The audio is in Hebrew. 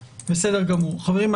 חברים,